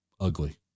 ugly